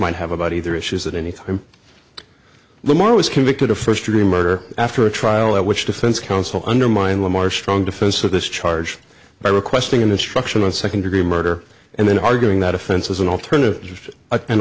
might have about either issues at any time lamar was convicted of first degree murder after a trial at which defense counsel undermined lamar strong defense of this charge by requesting an instruction on second degree murder and then arguing that offense as an alternative